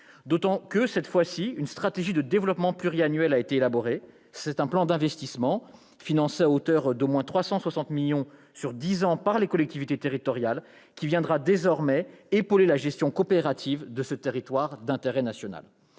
d'autant que, cette fois, une stratégie de développement pluriannuel a été élaborée. C'est un plan d'investissement, financé à hauteur de 360 millions d'euros au moins, sur dix ans, par les collectivités territoriales qui viendra désormais épauler la gestion coopérative de ce territoire d'intérêt national.